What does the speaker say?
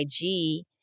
IG